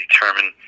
determined